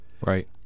right